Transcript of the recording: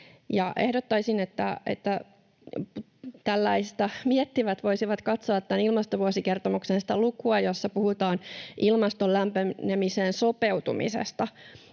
Ehdottaisin, että tällaista miettivät voisivat katsoa tämän ilmastovuosikertomuksen sitä lukua, jossa puhutaan ilmaston lämpenemiseen sopeutumisesta.